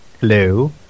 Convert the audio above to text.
Hello